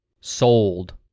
sold